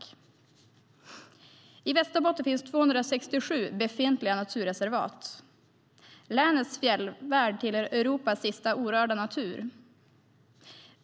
I Västerbotten finns 267 befintliga naturreservat. Länets fjällvärld tillhör Europas sista orörda natur.